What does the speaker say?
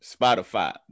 Spotify